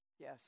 Yes